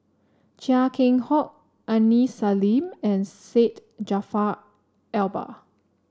Chia Keng Hock Aini Salim and Syed Jaafar Albar